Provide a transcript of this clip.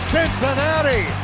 Cincinnati